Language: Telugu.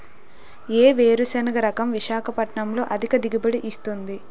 ఏ వేరుసెనగ రకం విశాఖపట్నం లో అధిక దిగుబడి ఇస్తుంది?